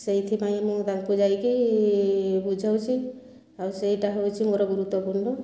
ସେଇଥି ପାଇଁ ମୁଁ ତାଙ୍କୁ ଯାଇକି ବୁଝାଉଛି ଆଉ ସେଇଟା ହେଉଛି ମୋର ଗୁରୁତ୍ଵପୂର୍ଣ୍ଣ